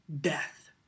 death